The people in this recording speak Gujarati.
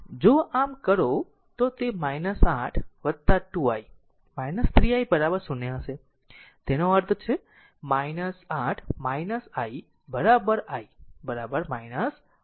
જો આમ કરો તો તે 8 2 i 3 i 0 હશે તેનો અર્થ છે 8 i i 8 એમ્પીયર